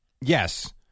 yes